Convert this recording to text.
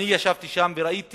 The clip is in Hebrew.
אני ישבתי שם וראיתי